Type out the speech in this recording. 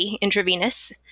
intravenous